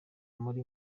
muri